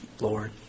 Lord